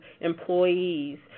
employees